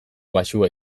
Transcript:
baxua